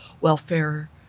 welfare